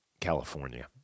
California